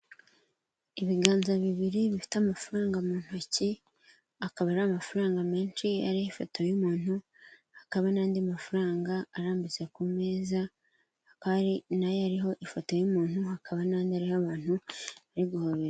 Ibiganza bibiri bifite amafaranga mu ntoki, akaba ari amafaranga menshi ariho ifoto y'umuntu, hakaba n'andi mafaranga arambitse ku meza nayo ariho ifoto y'umuntu, hakaba n'andi abantu bari guhobera.